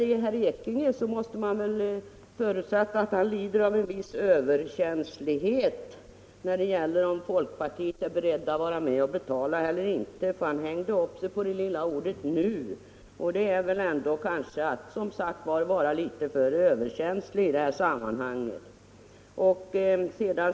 Man måste förutsätta att herr Ekinge lider av en viss överkänslighet när det gäller frågan om folkpartiet är berett att vara med och betala. Han hängde upp sig på det lilla ordet nu, vilket ändå som sagt är att vara litet för överkänslig i detta sammanhang.